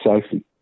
safety